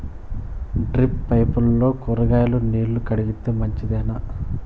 Drip పైపుల్లో కూరగాయలు నీళ్లు కడితే మంచిదేనా?